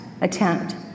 attempt